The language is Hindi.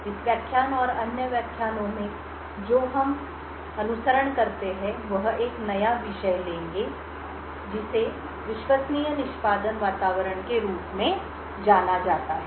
इस व्याख्यान और अन्य व्याख्यानों में जो हम अनुसरण करते हैं वह एक नया विषय लेंगे जिसे विश्वसनीय निष्पादन वातावरण के रूप में जाना जाता है